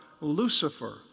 Lucifer